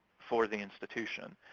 for the institution,